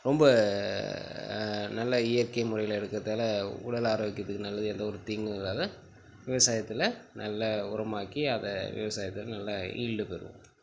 ரொம்ப நல்ல இயற்கை முறையில் இருக்கிறதால உடல் ஆரோக்கியத்துக்கு நல்லது எந்த ஒரு தீங்கும் வராது விவசாயத்தில் நல்ல உரமாக்கி அதை விவசாயத்தில் நல்ல ஈல்டு பெறும்